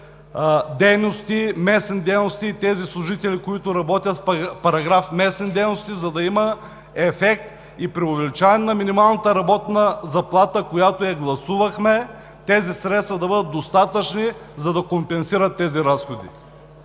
които са за местни дейности, и за служителите, които работят в параграф „Местни дейности“, за да има ефект и при увеличаване на минималната работна заплата, която гласувахме, тези средства да бъдат достатъчни, за да компенсират разходите.